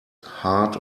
hard